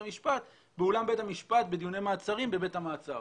המשפט באולם בית המשפט בדיוני מעצרים בבית המעצר.